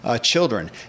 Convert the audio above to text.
children